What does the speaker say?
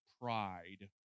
pride